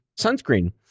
sunscreen